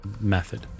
method